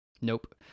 Nope